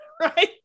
right